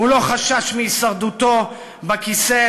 הוא לא חשש להישרדותו בכיסא,